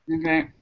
Okay